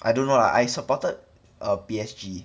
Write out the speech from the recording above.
I don't know lah I supported err P_S_G